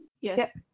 Yes